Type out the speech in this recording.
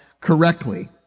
correctly